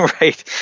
right